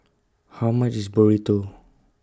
How much IS Burrito